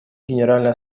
генеральной